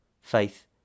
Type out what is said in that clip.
faith